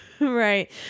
right